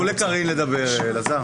אלעזר, תנו לקארין לדבר.